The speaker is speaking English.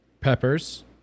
Peppers